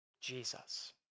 Jesus